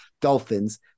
Dolphins